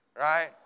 right